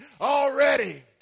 already